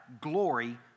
glory